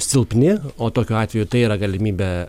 silpni o tokiu atveju tai yra galimybė